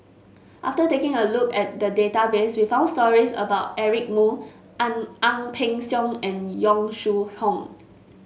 after taking a look at the database we found stories about Eric Moo Ang Ang Peng Siong and Yong Shu Hoong